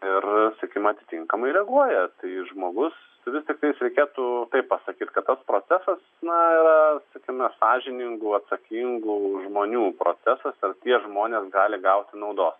ir sakykime atitinkamai reaguoja tai žmogus vis tiktais reikėtų taip pasakyti kad procesas na sakykime sąžiningų atsakingų žmonių procesas ir tie žmonės gali gauti naudos